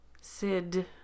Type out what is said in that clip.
Sid